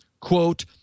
Quote